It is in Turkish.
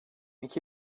iki